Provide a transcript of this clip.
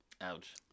Ouch